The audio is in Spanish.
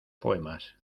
poemas